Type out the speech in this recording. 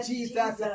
Jesus